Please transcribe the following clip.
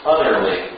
utterly